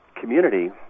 community